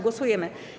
Głosujemy.